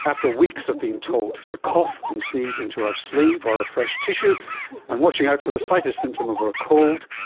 after weeks of being told to cough and sneeze into our sleeve or a fresh tissue and watching out for the lightest symptom of a cold,